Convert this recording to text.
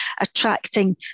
attracting